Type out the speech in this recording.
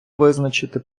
визначити